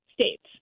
states